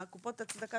קופות הצדקה